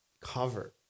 cover